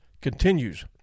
continues